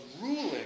ruling